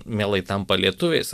mielai tampa lietuviais